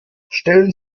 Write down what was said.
stellen